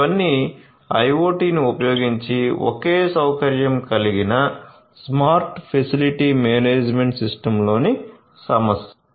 ఇవన్నీ IoTని ఉపయోగించి ఒకే సౌకర్యం కలిగిన స్మార్ట్ ఫెసిలిటీ మేనేజ్మెంట్ సిస్టమ్లోని సమస్యలు